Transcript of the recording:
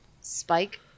spike